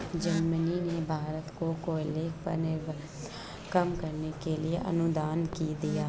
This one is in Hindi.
जर्मनी ने भारत को कोयले पर निर्भरता कम करने के लिए अनुदान दिया